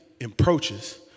approaches